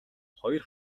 хоёр